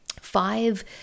five